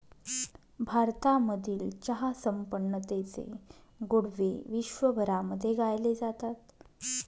भारतामधील चहा संपन्नतेचे गोडवे विश्वभरामध्ये गायले जातात